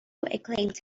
acclaimed